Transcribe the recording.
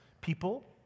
people